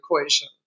equation